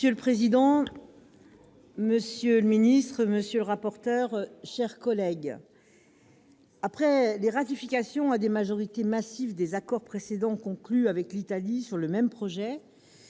Monsieur le président, monsieur le secrétaire d'État, mes chers collègues, après les ratifications à des majorités massives des accords précédents conclus avec l'Italie sur le même projet,